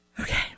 Okay